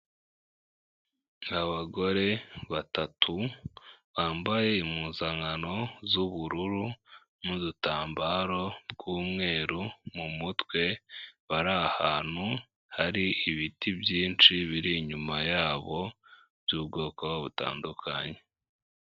Abagore batatu bambaye impuzankano z'ubururu n'udutambaro tw'umweru mu mutwe bari ahantu hari ibiti byinshi biri inyuma yabo by'ubwoko butandukanye.